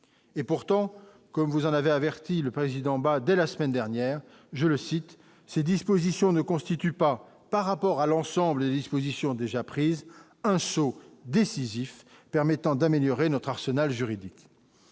et pourtant, comme vous en avait averti le président bas dès la semaine dernière, je le cite, ces dispositions ne constitue pas par rapport à l'ensemble des dispositions déjà prises un saut décisif permettant d'améliorer notre arsenal juridique,